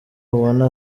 ubona